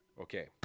Okay